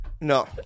No